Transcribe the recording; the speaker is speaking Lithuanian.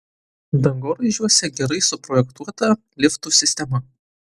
dangoraižiuose gerai suprojektuota liftų sistema